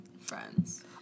friends